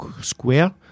Square